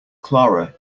clara